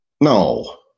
No